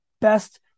best